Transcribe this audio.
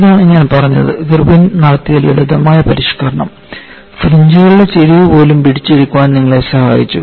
ഇതാണ് ഞാൻ പറഞ്ഞത് ഇർവിൻ നടത്തിയ ലളിതമായ പരിഷ്ക്കരണം ഫ്രിഞ്ച്കളുടെ ചരിവ് പോലും പിടിച്ചെടുക്കാൻ നിങ്ങളെ സഹായിച്ചു